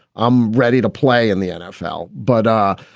i'm ready to play in the nfl. but.